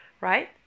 Right